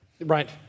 Right